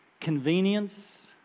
convenience